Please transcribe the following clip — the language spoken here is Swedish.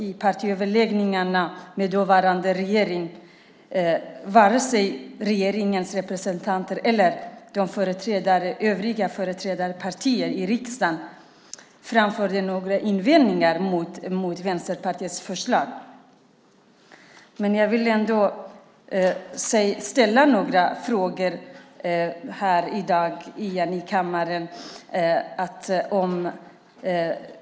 I partiöverläggningarna med dåvarande regering hade varken regeringens representanter eller företrädare för övriga partier i riksdagen några invändningar mot Vänsterpartiets förslag. Jag vill ställa några frågor i dag i kammaren.